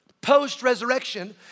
post-resurrection